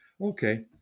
Okay